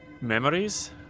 memories